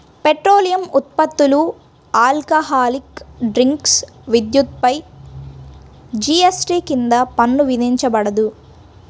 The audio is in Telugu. పెట్రోలియం ఉత్పత్తులు, ఆల్కహాలిక్ డ్రింక్స్, విద్యుత్పై జీఎస్టీ కింద పన్ను విధించబడదు